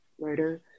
writer